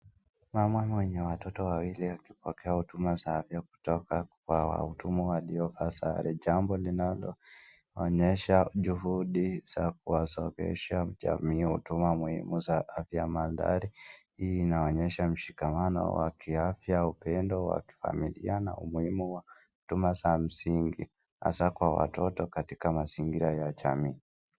Mama mwenye wtooto wawili akipokea huduma za afya kutoka kwa wahudumu wanaovaa sare, jambo linalo onyesha juhudi za kijamii katika huduma muhumu za afya, mandhari hii inaonyesha mshikamano wa liafya au upendo wa kifamilia na umuhimu wa huduma za msingi hasa kwa watoto katika mazingira ya jamii.